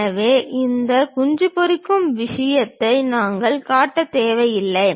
எனவே இந்த குஞ்சு பொரிக்கும் விஷயத்தை நாங்கள் காட்ட தேவையில்லை